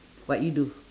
what you do